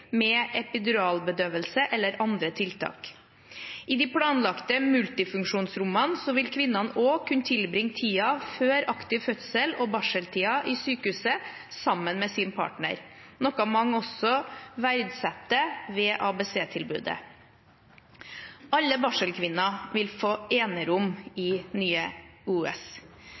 med epiduralbedøvelse eller andre tiltak. I de planlagte multifunksjonsrommene vil kvinnene kunne tilbringe tiden før aktiv fødsel og barseltiden i sykehuset sammen med sin partner, noe mange også verdsetter ved ABC-tilbudet. Alle barselkvinner vil få enerom i Nye